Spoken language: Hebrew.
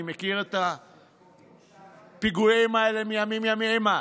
אני מכיר את הפיגועים האלה מימים ימימה,